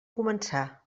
començar